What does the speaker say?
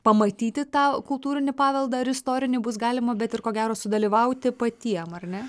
pamatyti tą kultūrinį paveldą ir istorinį bus galima bet ir ko gero sudalyvauti patiem ar ne